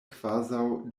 kvazaŭ